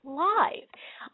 live